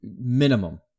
minimum